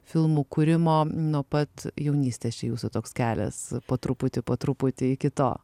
filmų kūrimo nuo pat jaunystės jūsų toks kelias po truputį po truputį kito